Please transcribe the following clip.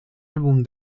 álbum